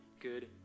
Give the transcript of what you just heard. good